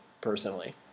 personally